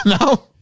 no